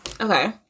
Okay